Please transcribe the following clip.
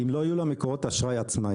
אם לא יהיו לה מקורות אשראי עצמאיים.